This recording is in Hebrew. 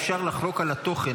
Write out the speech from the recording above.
אפשר לחלוק על התוכן,